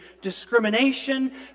discrimination